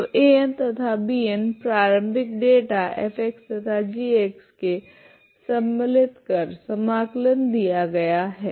तो An तथा Bn प्रारम्भिक डेटा f तथा g के सम्मिलित कर समाकलन दिया गया है